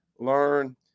learn